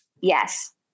Yes